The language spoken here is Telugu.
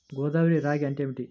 గోదావరి రాగి అంటే ఏమిటి?